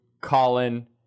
Colin